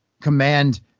command